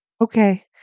Okay